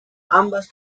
ambas